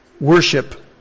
worship